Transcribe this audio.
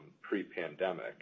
pre-pandemic